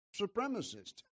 supremacist